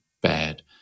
bad